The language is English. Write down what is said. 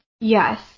Yes